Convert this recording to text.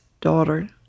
daughter